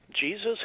Jesus